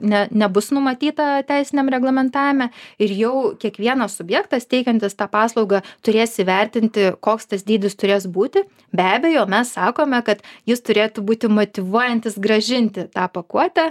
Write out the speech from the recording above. ne nebus numatyta teisiniam reglamentame ir jau kiekvienas subjektas teikiantis tą paslaugą turės įvertinti koks tas dydis turės būti be abejo mes sakome kad jis turėtų būti motyvuojantis grąžinti tą pakuotę